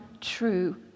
true